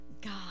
God